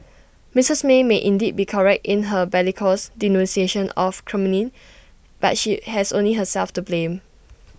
Mrs may might indeed be correct in her bellicose denunciation of Kremlin but she has only herself to blame